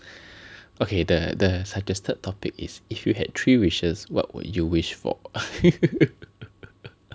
okay the the suggested topic is if you had three wishes what would you wish for